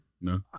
No